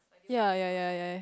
ya ya ya ya ya